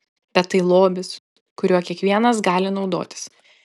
bet tai lobis kuriuo kiekvienas gali naudotis